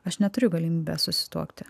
aš neturiu galimybės susituokti